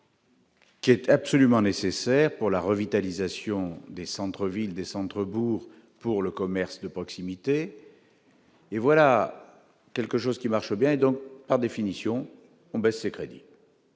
Qui était absolument nécessaire pour la revitalisation des centres-villes des centres bourgs pour le commerce de proximité et voilà quelque chose qui marche bien et donc, par définition, on baisse crédits.